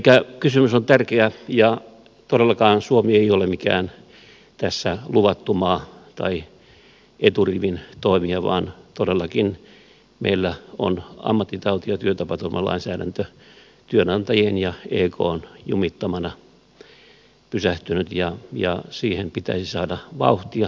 elikkä kysymys on tärkeä ja todellakaan suomi ei ole tässä mikään luvattu maa tai eturivin toimija vaan todellakin meillä on ammattitauti ja työtapaturmalainsäädäntö työnantajien ja ekn jumittamana pysähtynyt ja siihen pitäisi saada vauhtia